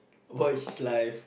watch life